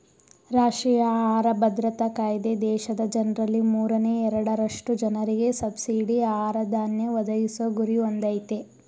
ರಾಷ್ಟ್ರೀಯ ಆಹಾರ ಭದ್ರತಾ ಕಾಯ್ದೆ ದೇಶದ ಜನ್ರಲ್ಲಿ ಮೂರನೇ ಎರಡರಷ್ಟು ಜನರಿಗೆ ಸಬ್ಸಿಡಿ ಆಹಾರ ಧಾನ್ಯ ಒದಗಿಸೊ ಗುರಿ ಹೊಂದಯ್ತೆ